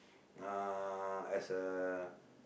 uh as a